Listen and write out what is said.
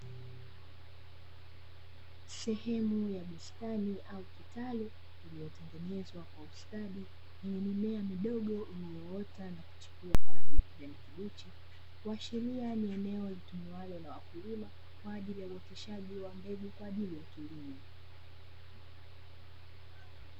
Sehemu ya bustani au kitalu iliyotengenezwa kwa ustadi yenye mimea midogo iliyoota na kuchipua kwa rangi ya kijani kibichi kuashiria ni eneo litumiwalo na wakulima kwa ajili ya uoteshaji wa mbegu kwa ajili ya kilimo.